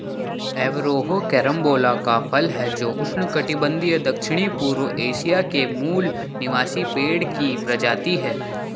Averrhoa carambola का फल है जो उष्णकटिबंधीय दक्षिणपूर्व एशिया के मूल निवासी पेड़ की प्रजाति है